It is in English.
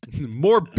More